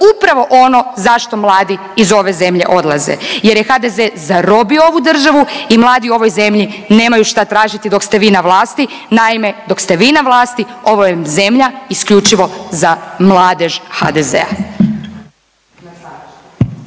upravo ono zašto mladi iz ove zemlje odlaze jer je HDZ zarobio ovu državu i mladi u ovoj zemlji nemaju šta tražiti dok ste vi na vlasti. Naime, dok ste vi na vlasti ovo je zemlja isključivo za mladež HDZ-a.